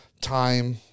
time